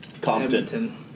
Compton